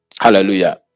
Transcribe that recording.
hallelujah